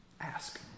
Ask